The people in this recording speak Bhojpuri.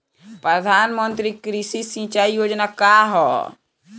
प्रधानमंत्री कृषि सिंचाई योजना का ह?